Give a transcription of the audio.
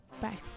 bye